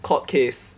court case